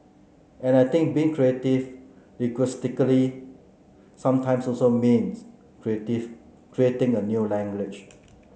and I think being creative linguistically sometimes also means creative creating a new language